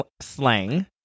slang